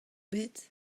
bet